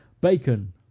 Bacon